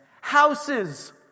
Houses